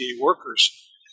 workers